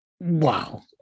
Wow